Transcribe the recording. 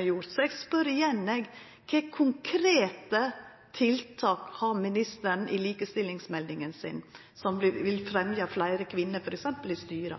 Eg spør igjen: Kva for konkrete tiltak har ministeren i likestillingsmeldinga si som vil fremja fleire kvinner, f.eks. i styra?